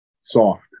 soft